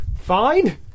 Fine